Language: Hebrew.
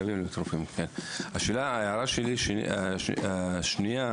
הערתי השנייה,